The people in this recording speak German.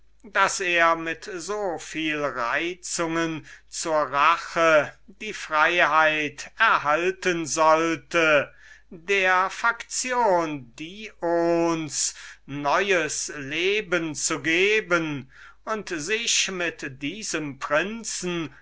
daß er mit soviel neuen reizungen zur rache die freiheit bekommen sollte der faktion des dions wieder neues leben einzuhauchen und sich mit diesem prinzen